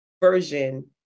version